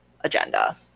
agenda